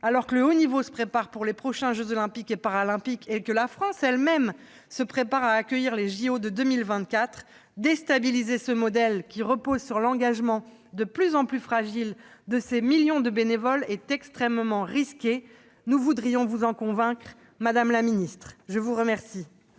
alors que le haut niveau se prépare pour les prochains jeux Olympiques et Paralympiques et que la France elle-même se prépare à accueillir les JO de 2024 ; déstabiliser ce modèle, qui repose sur l'engagement de plus en plus fragile de ces millions de bénévoles, est extrêmement risqué. Nous voudrions vous en convaincre, madame la ministre ! La parole